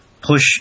push